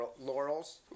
laurels